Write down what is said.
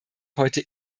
heute